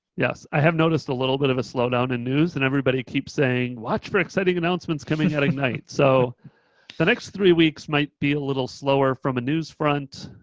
yes, i have noticed a little bit of a slowdown in news and everybody keeps saying, watch for exciting announcements coming out at ignite. so the next three weeks might be a little slower from a news front,